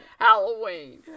Halloween